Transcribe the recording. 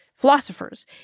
Philosophers